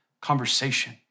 conversation